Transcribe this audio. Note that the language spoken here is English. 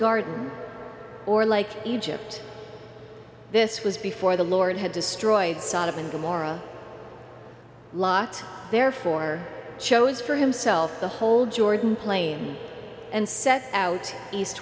garden or like egypt this was before the lord had destroyed sodom and gomorrah lot therefore chose for himself the whole jordan plane and set out east